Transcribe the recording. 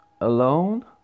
Alone